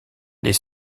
les